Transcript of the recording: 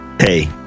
Hey